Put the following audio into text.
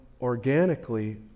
organically